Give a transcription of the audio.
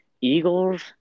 Eagles